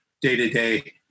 day-to-day